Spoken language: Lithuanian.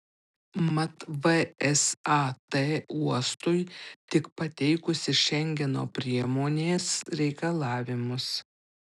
mat vsat uostui tik pateikusi šengeno priemonės reikalavimus